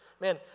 Man